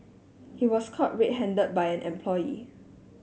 he was caught red handed by an employee